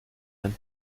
ein